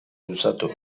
luzatu